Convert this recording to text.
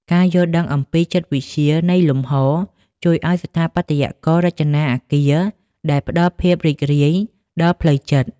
ការយល់ដឹងអំពីចិត្តវិទ្យានៃលំហ ជួយឱ្យស្ថាបត្យកររចនាអគារដែលផ្ដល់ភាពរីករាយដល់ផ្លូវចិត្ត។